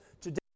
today